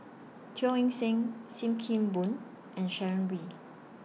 Teo Eng Seng SIM Kee Boon and Sharon Wee